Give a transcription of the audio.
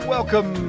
Welcome